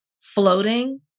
floating